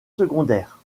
secondaires